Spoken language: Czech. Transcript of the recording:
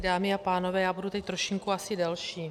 Dámy a pánové, já budu teď trošku asi delší.